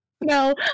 No